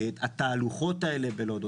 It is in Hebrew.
התהלוכות האלה בלוד,